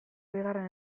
bigarren